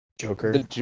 Joker